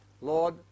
Lord